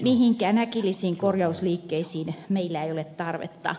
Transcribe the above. mihinkään äkkinäisiin korjausliikkeisiin meillä ei ole tarvetta